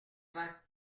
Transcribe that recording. cents